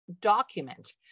document